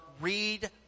read